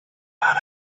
laugh